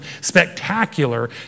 spectacular